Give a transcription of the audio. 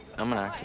i'm an actor.